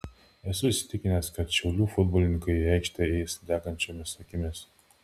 esu įsitikinęs kad šiaulių futbolininkai į aikštę eis degančiomis akimis